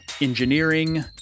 Engineering